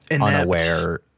unaware